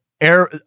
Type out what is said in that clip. air